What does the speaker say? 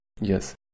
Yes